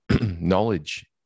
knowledge